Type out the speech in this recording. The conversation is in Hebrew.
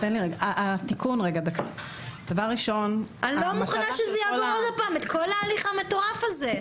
אני לא מוכנה שזה יעבור שוב את כל ההליך המטורף הזה.